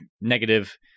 negative